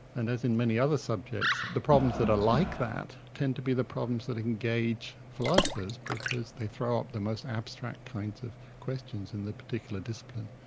and as in many other subjects, the problems that are like that, tend to be the problems that engage philosophers because they throw up the most abstract kinds of questions in their particular discipline.